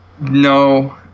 No